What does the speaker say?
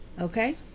Okay